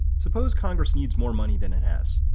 suppose congress needs more money than it has.